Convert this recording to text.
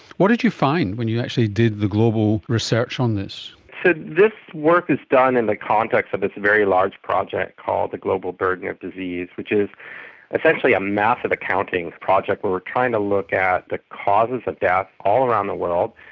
what did you find when you actually did the global research on this? so this work is done in the context of this very large project called the global burden of disease, which is essentially a massive accounting project where we are trying to look at the causes of death all around the world,